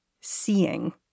seeing